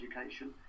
education